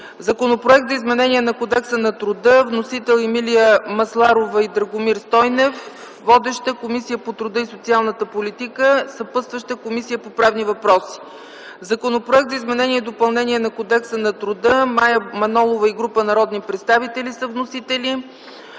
Законопроект за изменение на Кодекса на труда. Вносители са Емилия Масларова и Драгомир Стойнев. Водеща е Комисията по труда и социалната политика. Съпътстваща е Комисията по правни въпроси. Законопроект за изменение и допълнение на Кодекса на труда. Вносители са Мая Манолова и група народни представители. Водеща